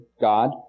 God